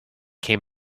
came